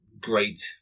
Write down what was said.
great